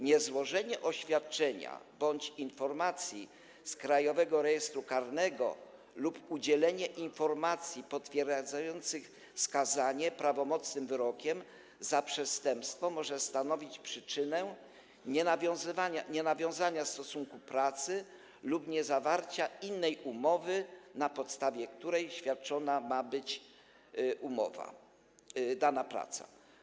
Niezłożenie oświadczenia bądź informacji z Krajowego Rejestru Karnego lub udzielenie informacji potwierdzających skazanie prawomocnym wyrokiem za przestępstwo może stanowić przyczynę nienawiązania stosunku pracy lub niezawarcia innej umowy, na podstawie której świadczona ma być dana praca.